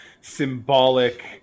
symbolic